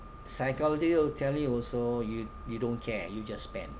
psychology will tell you also you you don't care you just spend